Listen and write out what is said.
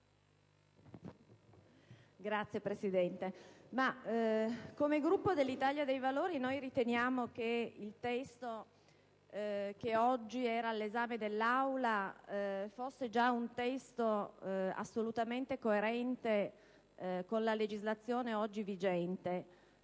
Signor Presidente, il Gruppo dell'Italia dei Valori ritiene che il testo oggi all'esame dell'Aula fosse già un testo assolutamente coerente con la legislazione oggi vigente.